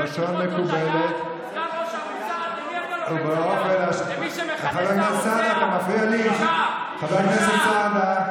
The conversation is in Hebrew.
בלשון מקובלת ובאופן השומר" אתם לא מתביישים ללחוץ את היד?